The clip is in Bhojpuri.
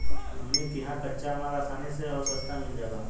हमनी किहा कच्चा माल असानी से अउरी सस्ता मिल जाला